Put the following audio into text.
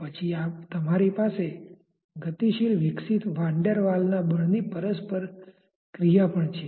તો પછી તમારી પાસે ગતિશીલ વિકસિત વાન ડેર વાલના બળની પરસ્પર ક્રિયા પણ છે